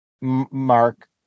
Mark